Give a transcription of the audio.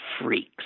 freaks